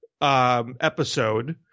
episode